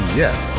yes